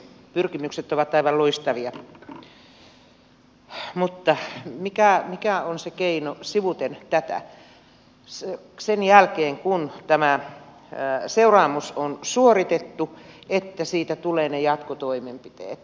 pyrkimykset ovat aivan loistavia mutta mikä on se keino sivuten tätä sen jälkeen kun tämä seuraamus on suoritettu että siitä tulee ne jatkotoimenpiteet